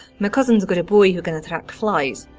my cousin's got a boy who can attract flies.